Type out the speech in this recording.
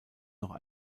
noch